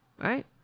right